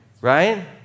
right